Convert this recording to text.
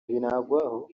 binagwaho